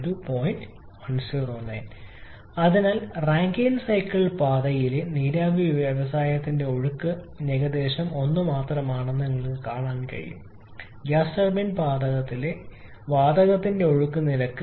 109 അതിനാൽ Rankine cycle പാതയിലെ നീരാവി വ്യവസായത്തിന്റെ ഒഴുക്ക് നിരക്ക് ഏകദേശം 1 മാത്രമാണെന്ന് നിങ്ങൾക്ക് കാണാൻ കഴിയും ഗ്യാസ് ടർബൈൻ പാതയിലെ വാതകത്തിന്റെ ഒഴുക്കിന്റെ നിരക്ക്